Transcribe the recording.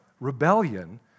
rebellion